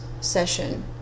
session